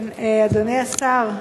אדוני השר,